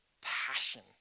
passion